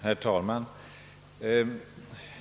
Herr talman!